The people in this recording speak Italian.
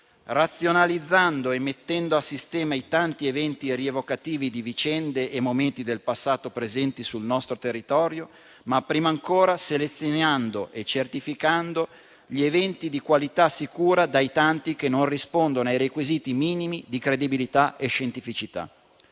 razionalizzando e mettendo a sistema i tanti eventi rievocativi di vicende e momenti del passato presenti sul nostro territorio, ma prima ancora selezionando e certificando gli eventi di qualità sicura dai tanti che non rispondono ai requisiti minimi di credibilità e scientificità.